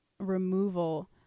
removal